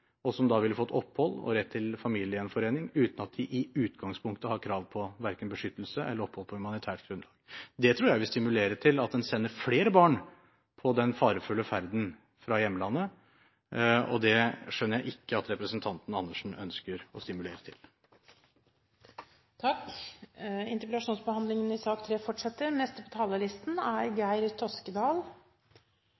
og som da ville fått opphold og rett til familiegjenforening uten at de i utgangspunktet har krav på verken beskyttelse eller opphold på humanitært grunnlag. Det tror jeg vil stimulere til at en sender flere barn på den farefulle ferden fra hjemlandet, og det skjønner jeg ikke at representanten Andersen ønsker å stimulere til. Redd Barna reiste rundt for å høre hvordan barn og unge hadde det på